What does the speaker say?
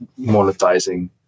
monetizing